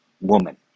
woman